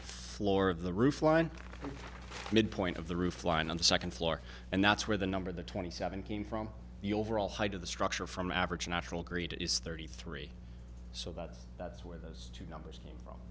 floor of the roof line midpoint of the roof line on the second floor and that's where the number the twenty seven came from the overall height of the structure from average natural greed is thirty three so that's that's where those two numbers are